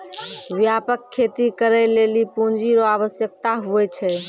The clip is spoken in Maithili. व्यापक खेती करै लेली पूँजी रो आवश्यकता हुवै छै